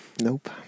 Nope